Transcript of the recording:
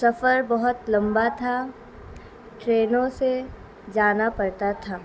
سفر بہت لمبا تھا ٹرینوں سے جانا پڑتا تھا